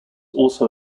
also